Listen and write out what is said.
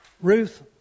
Ruth